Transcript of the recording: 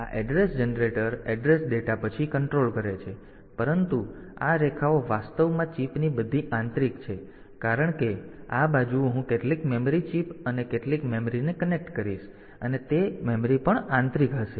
તેથી આ address generator address data પછી કંટ્રોલ કરે છે પરંતુ આ રેખાઓ વાસ્તવમાં ચિપની બધી આંતરિક છે કારણ કે આ બાજુ હું કેટલીક મેમરી ચિપ અને કેટલીક મેમરીને કનેક્ટ કરીશ અને તે મેમરી પણ આંતરિક હશે